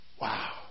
wow